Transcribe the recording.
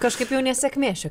kažkaip jau nesėkmė šio